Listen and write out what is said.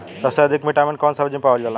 सबसे अधिक विटामिन कवने सब्जी में पावल जाला?